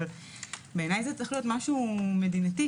אבל זה צריך להיות משהו מדינתי.